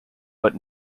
but